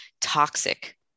toxic